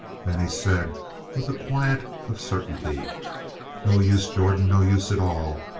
then he said with the quiet of certainty no use, jordan. no use at all.